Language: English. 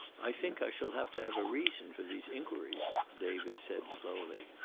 i think i shall have to have a reason for these inquiries, david said slowly.